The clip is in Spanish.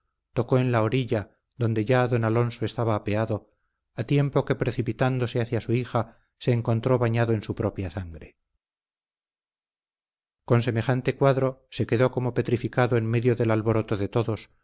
tocó en la orilla donde ya don alonso estaba apeado a tiempo que precipitándose hacia su hija se encontró bañado en su propia sangre con semejante cuadro se quedó como petrificado en medio del alboroto de todos